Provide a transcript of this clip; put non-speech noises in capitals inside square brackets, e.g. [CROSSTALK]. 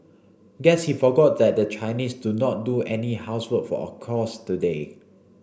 guess he forgot that the Chinese do not do any housework for [UNINTELLIGIBLE] today